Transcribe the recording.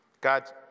God